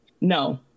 No